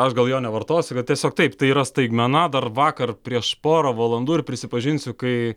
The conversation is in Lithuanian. aš gal jo nevartosiu tiesiog taip tai yra staigmena dar vakar prieš porą valandų ir prisipažinsiu kai